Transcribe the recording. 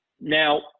Now